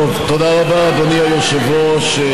תודה רבה, אדוני היושב-ראש.